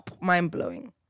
mind-blowing